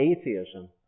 atheism